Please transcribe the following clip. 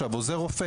כשעוזר רופא,